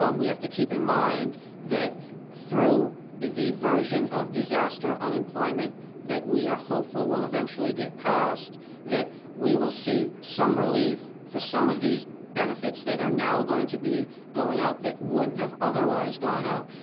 um we have to keep in mind that through the version of disaster unemployment that we are hopeful will eventually get past that we will see some relief for some of these benefits that are now going to be going out that wouldn't have otherwise gone out.